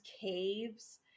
caves